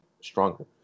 stronger